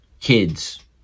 kids